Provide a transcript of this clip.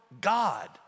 God